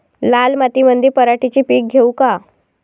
लाल मातीमंदी पराटीचे पीक घेऊ का?